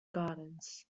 gardens